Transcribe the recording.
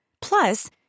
Plus